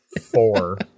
four